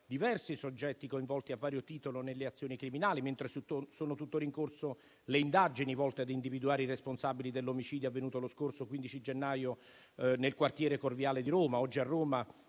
diversi soggetti coinvolti a vario titolo nelle azioni criminali, mentre sono tuttora in corso le indagini volte ad individuare i responsabili dell'omicidio avvenuto lo scorso 15 gennaio nel quartiere Corviale di Roma. Oggi a Roma